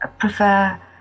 prefer